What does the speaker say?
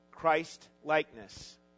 Christ-likeness